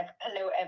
hello